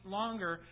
longer